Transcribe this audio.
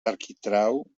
arquitrau